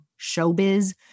showbiz